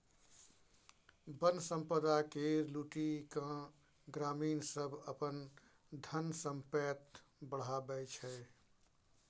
बन संपदा केर लुटि केँ ग्रामीण सब अपन धन संपैत बढ़ाबै छै